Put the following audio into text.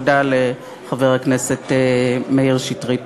מודה לחבר הכנסת מאיר שטרית.